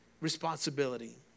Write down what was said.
responsibility